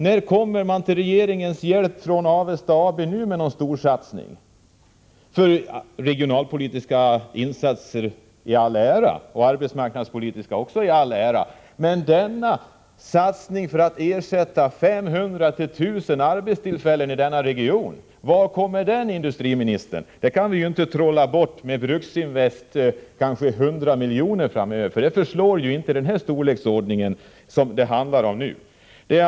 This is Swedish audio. När kommer regeringen till Avestas hjälp med någon storsatsning? Regionalpolitiska och arbetsmarknadspolitiska insatser i all ära, men var kommer satsningen för att ersätta 500-1 000 arbetstillfällen i denna region, herr industriminister? Vi kan inte trolla fram den med Bruksinvests ca 100 milj.kr., när det handlar om nedläggningar i denna storleksordning.